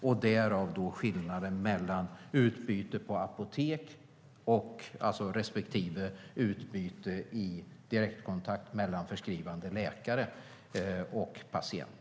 Därav har vi skillnaden mellan utbyte på apotek respektive utbyte i direktkontakt mellan förskrivande läkare och patient.